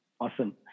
Awesome